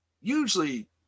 usually